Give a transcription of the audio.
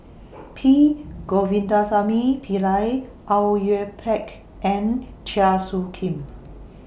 P Govindasamy Pillai Au Yue Pak and Chua Soo Khim